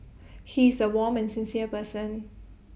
he is A warm and sincere person